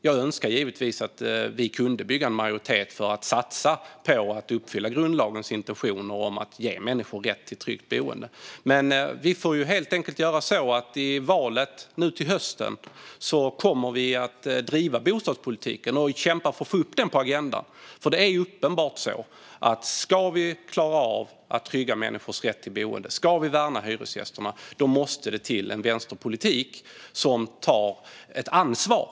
Jag önskar givetvis att vi kunde bygga en majoritet för att satsa på att uppfylla grundlagens intentioner om att ge människor rätt till ett tryggt boende. Vi får helt enkelt göra så att i valet nu till hösten kommer vi att driva bostadspolitiken och kämpa för att få upp den på agendan. Det är uppenbart så att ska vi klara av att trygga människors rätt till boende och värna hyresgästerna måste det till en vänsterpolitik som tar ett ansvar.